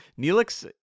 Neelix